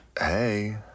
Hey